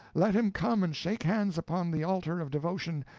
let him come and shake hands upon the altar of devotion,